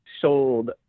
sold